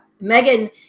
Megan